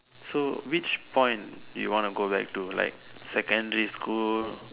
so which point do you want to go back to like secondary school